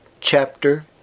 Chapter